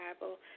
Bible